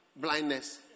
Blindness